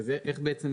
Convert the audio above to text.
רק מי